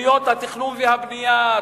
תוכניות התכנון והבנייה,